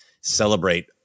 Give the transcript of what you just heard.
celebrate